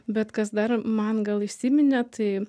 bet kas dar man gal įsiminė tai